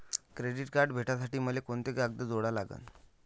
Credit card भेटासाठी मले कोंते कागद जोडा लागन?